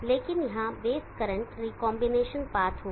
लेकिन यहां base current recombination path होगा